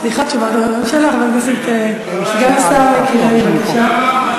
סגן השר מיקי לוי, בבקשה.